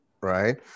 right